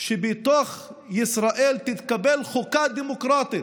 שבתוך ישראל תתקבל חוקה דמוקרטית,